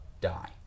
die